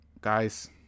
guys